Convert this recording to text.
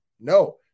No